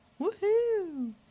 Woohoo